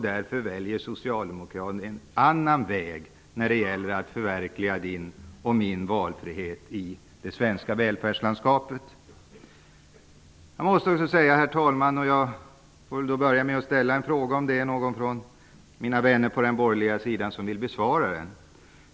Därför väljer Socialdemokraterna en annan väg när det gäller att förverkliga din och min valfrihet i det svenska välfärdslandskapet. Herr talman! Jag vill ställa en fråga. Vi får se om det finns några av mina vänner på den borgerliga sidan som vill besvara den.